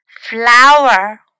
flower